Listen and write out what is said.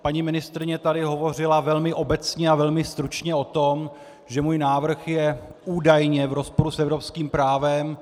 Paní ministryně tady hovořila velmi obecně a velmi stručně o tom, že můj návrh je údajně v rozporu s evropským právem.